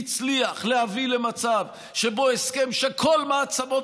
הצליח להביא למצב שבו הסכם שכל מעצמות